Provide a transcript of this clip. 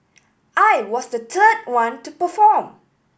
I was the third one to perform